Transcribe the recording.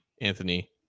Anthony